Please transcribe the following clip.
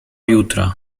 jutra